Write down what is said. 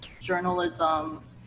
journalism